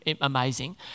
Amazing